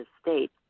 state